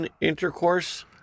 intercourse